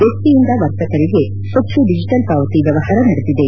ವ್ಯಕ್ತಿಯಿಂದ ವರ್ತಕರಿಗೆ ಹೆಚ್ಚು ಡಿಜಿಟಲ್ ಪಾವತಿ ವ್ಯವಹಾರ ನಡೆದಿದೆ